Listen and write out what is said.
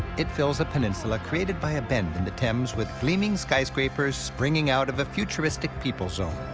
it fills a peninsula created by a bend in the thames with gleaming skyscrapers springing out of a futuristic people zone.